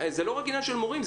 זה לא רק עניין של מורים,